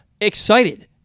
excited